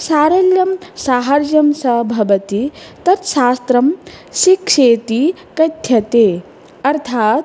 सारल्यं साहार्जञ्च भवति तत्शास्त्रं शिक्षेति कथ्यते अर्थात्